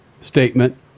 statement